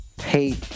hate